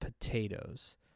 potatoes